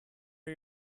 are